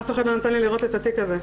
אף אחד לא נתן לי לראות את התיק הזה.